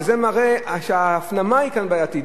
וזה מראה שההפנמה כאן בעייתית.